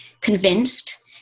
convinced